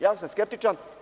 Jako sam skeptičan.